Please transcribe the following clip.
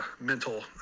mental